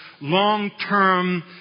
long-term